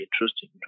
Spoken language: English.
interesting